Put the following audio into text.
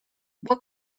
what